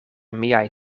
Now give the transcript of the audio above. miaj